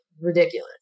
Ridiculous